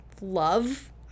love